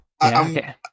I'm-